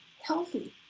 Healthy